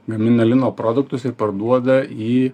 gamina lino produktus ir parduoda į